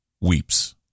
weeps